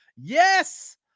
Yes